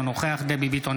אינו נוכח דבי ביטון,